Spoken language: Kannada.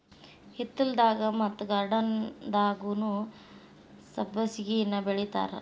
ಹಿತ್ತಲದಾಗ ಮತ್ತ ಗಾರ್ಡನ್ದಾಗುನೂ ಸಬ್ಬಸಿಗೆನಾ ಬೆಳಿತಾರ